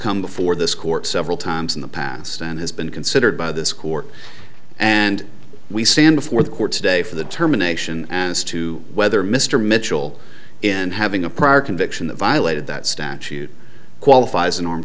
come before this court several times in the past and has been considered by this court and we stand before the court today for the terminations as to whether mr mitchell in having a prior conviction that violated that statute qualifies norm